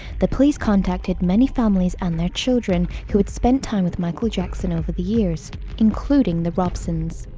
the police contacted many families and their children who would spend time with michael jackson over the years including the robsons.